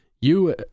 You